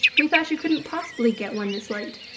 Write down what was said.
we thought you couldn't possibly get one, this late,